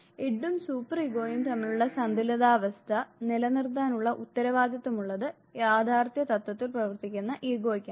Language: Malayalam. ഇഡും സൂപ്പർ ഇഗോയും തമ്മിലുള്ള സന്തുലിതാവസ്ഥ നിലനിർത്താനുള്ള ഉത്തരവാദിത്തമുള്ളത് യാഥാർത്ഥ്യ തത്വത്തിൽ പ്രവർത്തിക്കുന്ന ഈഗൊക്കാണ്